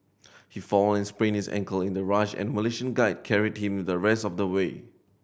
he fall and sprained his ankle in the rush and a Malaysian guide carried him the rest of the way